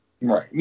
Right